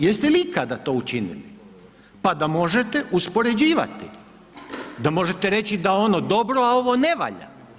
Jeste li ikada to učinili, pa da možete uspoređivati, da možete reći da ono dobro, a ovo ne valja.